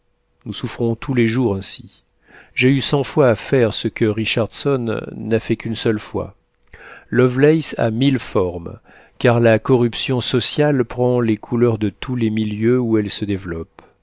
nous souffrons tous les jours ainsi j'ai eu cent fois à faire ce que richardson n'a fait qu'une seule fois lovelace a mille formes car la corruption sociale prend les couleurs de tous les milieux où elle se développe